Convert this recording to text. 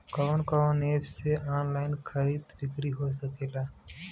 कवन कवन एप से ऑनलाइन खरीद बिक्री हो सकेला?